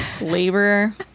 labor